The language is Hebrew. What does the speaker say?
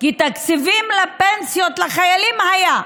כי תקציבים לפנסיות לחיילים היה,